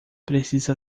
precisa